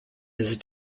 his